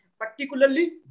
Particularly